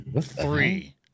three